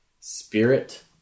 spirit